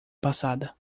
passada